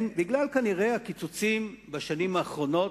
כנראה בגלל הקיצוצים בשנים האחרונות: